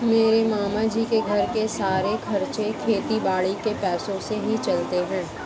मेरे मामा जी के घर के सारे खर्चे खेती बाड़ी के पैसों से ही चलते हैं